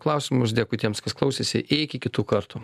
klausimus dėkui tiems kas klausėsi iki kitų kartų